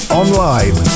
online